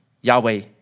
Yahweh